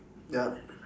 ya